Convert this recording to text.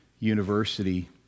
University